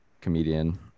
comedian